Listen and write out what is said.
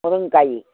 முருங்கைகாயி